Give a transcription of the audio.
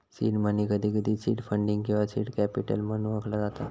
seed money, कधीकधी seed funding किंवा seed capital म्हणून ओळखला जाता